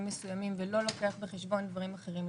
מסוימים ולא לוקח בחשבון דברים אחרים,